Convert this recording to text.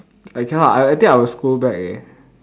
I cannot I I think I will scold back eh